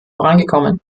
vorangekommen